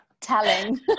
telling